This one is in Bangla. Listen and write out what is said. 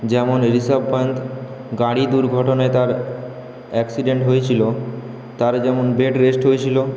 যেমন রিষভ পন্থ গাড়ি দুর্ঘটনায় তার অ্যাক্সিডেন্ট হয়েছিল তার যেমন বেড রেস্ট হয়েছিল